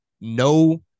no